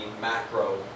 macro